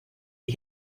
die